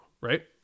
right